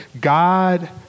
God